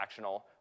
transactional